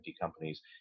companies